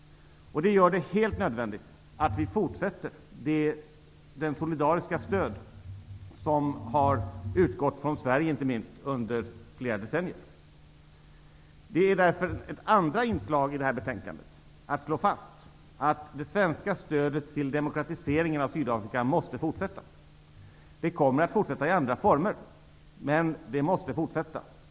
Det här gör det helt nödvändigt att fortsätta att ge det solidariska stöd som inte minst har utgått från Sverige under flera decennier. Ett andra inslag i detta betänkande är därför att slå fast att det svenska stödet till demokratiseringen av Sydafrika måste fortsätta. Stödet kommer att fortsätta i andra former -- men det måste fortsätta.